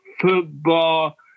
football